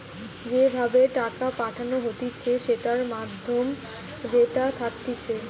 যে ভাবে টাকা পাঠানো হতিছে সেটার মাধ্যম যেটা থাকতিছে